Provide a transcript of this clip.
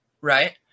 right